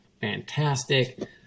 fantastic